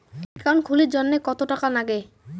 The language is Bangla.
একাউন্ট খুলির জন্যে কত টাকা নাগে?